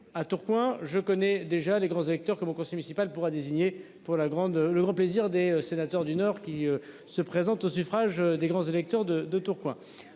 à Tourcoing je connais déjà les grands électeurs que mon conseil municipal pourra désigner pour la grande le grand plaisir des sénateurs du Nord qui se présentent aux suffrages des grands électeurs de de tours